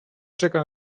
czeka